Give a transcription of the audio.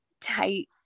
tight